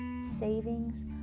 savings